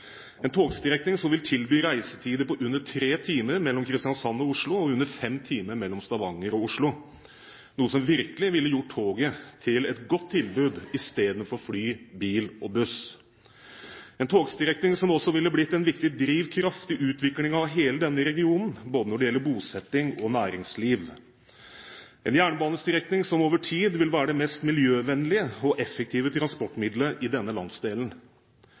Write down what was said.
en togstrekning som vil tilby reisetider på under tre reisetimer mellom Kristiansand og Oslo og under fem timer mellom Stavanger og Oslo, noe som virkelig ville gjort toget til et godt tilbud i stedet for fly, bil og buss. Det er en togstrekning som også ville blitt en viktig drivkraft i utviklingen av hele denne regionen, både når det gjelder bosetting og næringsliv. Det er en jernbanestrekning som over tid vil være det mest miljøvennlige og effektive transportmiddelet i denne landsdelen.